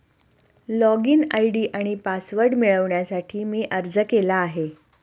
login ID आणि password मिळवण्यासाठी मी अर्ज केला आहे